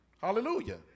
Hallelujah